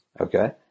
Okay